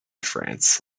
france